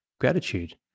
gratitude